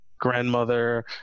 grandmother